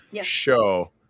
show